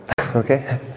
Okay